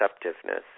perceptiveness